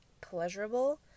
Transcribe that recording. pleasurable